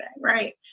right